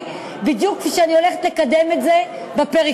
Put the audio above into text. בדיוק כפי שאני הולכת לקדם את זה בפריפריה.